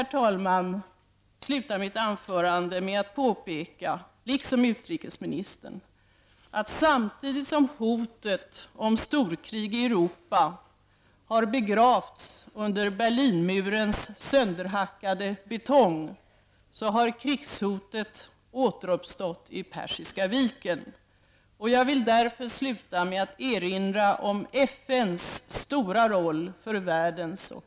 Låt mig sluta mitt anförande med att påpeka, liksom utrikesministern, att samtidigt som hotet om storkrig i Europa har begravts under Berlinmurens sönderhackade betong har krigshotet återuppstått i Persiska viken. Jag vill därför sluta med att erinra om FNs stora roll för världens och